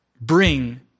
bring